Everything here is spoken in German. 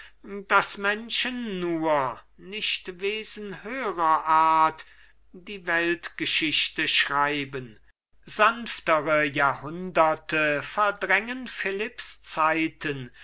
daß menschen nur nicht wesen höhrer art die weltgeschichte schreiben sanftere jahrhunderte verdrängen philipps zeiten